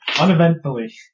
Uneventfully